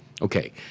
Okay